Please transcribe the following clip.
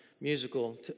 musical